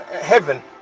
heaven